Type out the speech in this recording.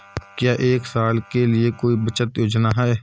क्या एक साल के लिए कोई बचत योजना है?